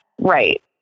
Right